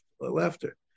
laughter